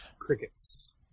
crickets